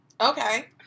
Okay